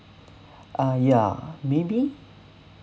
uh ya maybe